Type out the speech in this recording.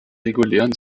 regulären